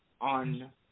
on